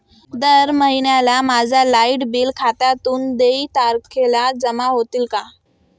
दर महिन्याला माझ्या लाइट बिल खात्यातून देय तारखेला जमा होतील का?